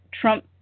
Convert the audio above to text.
Trump